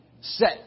set